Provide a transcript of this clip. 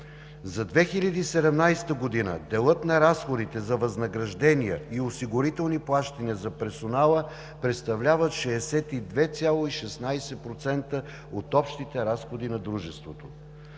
За 2017 г. делът на разходите за възнаграждения и осигурителни плащания за персонала представлява 62,16 % от общите разходи на дружеството.